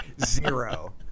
zero